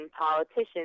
politicians